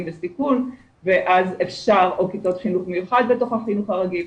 בסיכון או כיתות חינוך מיוחד בתוך החינוך הרגיל,